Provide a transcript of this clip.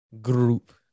group